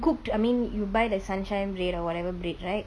cooked I mean you buy the sunshine bread or whatever bread right